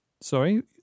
Sorry